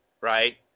right